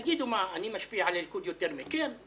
תגידו, אני משפיע על הליכוד יותר מכם?